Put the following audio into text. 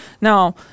Now